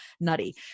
nutty